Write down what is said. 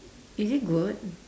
is it good